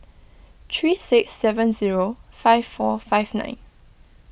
three six seven zero five four five nine